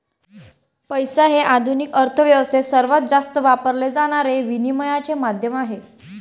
पैसा हे आधुनिक अर्थ व्यवस्थेत सर्वात जास्त वापरले जाणारे विनिमयाचे माध्यम आहे